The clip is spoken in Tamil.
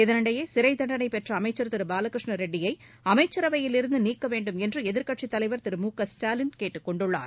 இதனிடையே சிறைத்தண்டனை பெற்ற அமைச்சர் திரு பாலகிருஷ்ண ரெட்டியை அமைச்சரவையிலிருந்து நீக்க வேண்டும் என்று எதிர்க்கட்சித் தலைவர் திரு மு க ஸ்டாலின் கேட்டுக்கொண்டுள்ளார்